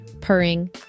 purring